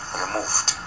removed